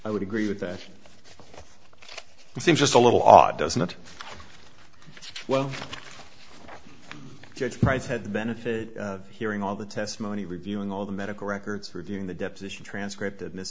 i would agree with that seems just a little odd doesn't it well judge price had the benefit of hearing all the testimony reviewing all the medical records reviewing the deposition transcript